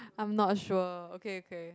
I'm not sure okay okay